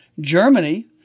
Germany